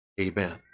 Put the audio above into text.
Amen